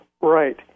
Right